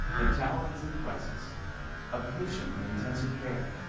the tower is in crisis a patient in intensive care.